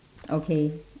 okay